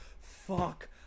fuck